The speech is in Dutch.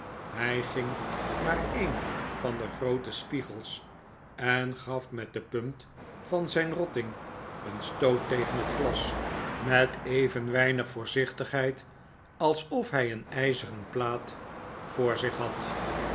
hij ging naar een van de groote spiegels en gaf met de punt van zijn rotting een stoot tegen het glas met even weinig voorzichtigheid alsof hij een ijzeren plaat voor zich had